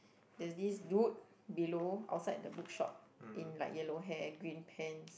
there's this dude below outside the book shop in like yellow hair green pants